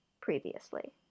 previously